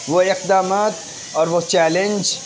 وہ اقدامات اور وہ چیلنج